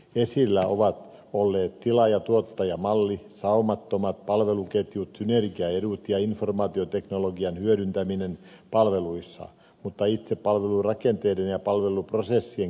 esillä ovat olleet tilaajatuottaja malli saumattomat palveluketjut synergiaedut ja informaatioteknologian hyödyntäminen palveluissa mutta itse palvelurakenteiden ja palveluprosessien kehittäminen on kesken